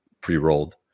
pre-rolled